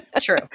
True